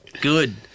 Good